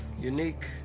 unique